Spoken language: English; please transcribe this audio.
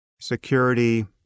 security